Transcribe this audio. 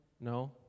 No